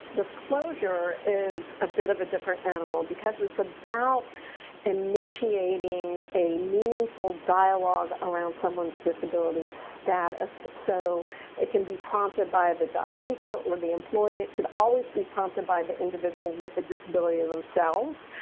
disclosure is a bit of a different animal because it's about initiating a meaningful dialogue around someone's disability status. so it can be prompted by the job seeker or the employee. it should always be prompted by the individual with the disability themselves.